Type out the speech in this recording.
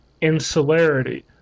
insularity